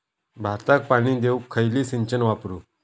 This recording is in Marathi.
भाताक पाणी देऊक खयली सिंचन वापरू?